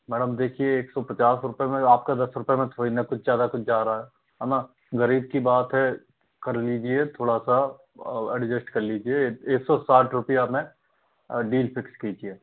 madam देखिए एक सौ पचास रुपये में आपके दस रुपये में थोड़ी ना कुछ ज़्यादा कुछ जा रहा है है ना ग़रीब की बात है कर लीजिए थोड़ा सा एडजस्ट कर लीजिए एक सौ साठ रुपये में डील फिक्स कीजिए